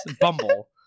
bumble